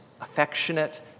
affectionate